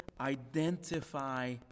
identify